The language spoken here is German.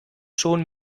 schon